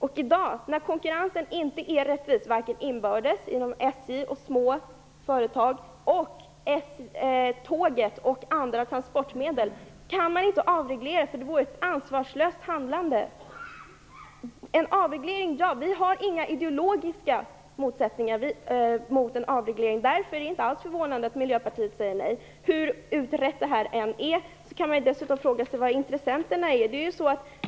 I dag, när konkurrensen inte är rättvis, varken inom SJ och inom små företag eller mellan tåget och andra transportmedel, kan man inte avreglera - det vore ett ansvarslöst handlande. Vi har inga ideologiska motsättningar mot en avreglering. Det är inte alls förvånande att Miljöpartiet säger nej. Hur utrett detta än är, kan man fråga sig var intressenterna finns.